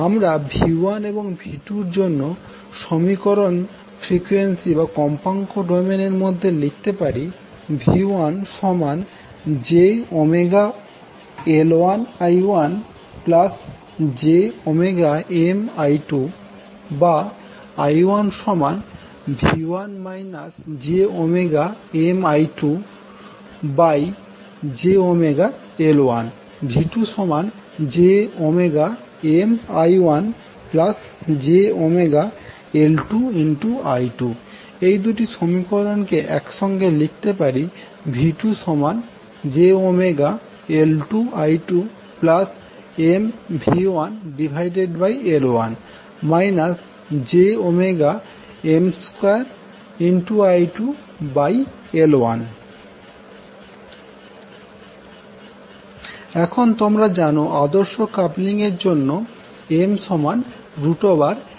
আমরা V1 এবং V2 এর জন্য সমীকরণ ফ্রিকুয়েন্সি বা কম্পাঙ্ক ডোমেইন এর মধ্যে লিখতে পারি V1jωL1I1jωMI2I1V1 jωMI2jωL1 V2jωMI1jωL2I2 দুটি সমীকরণকে একসঙ্গে লিখতে পারি V2jωL2I2MV1L1 jωM2I2L1 এখন তোমরা জানো আদর্শ কাপলিং এর জন্য ML1L2 হয়